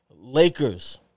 Lakers